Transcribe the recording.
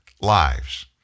lives